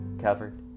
covered